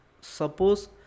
suppose